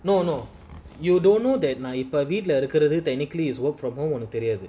no no you don't know that நான்இப்போவீட்லஇருக்குறது:nan ipo veetla irukurathu technically is work from home உனக்குதெரியாது:unaku theriathu